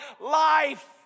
life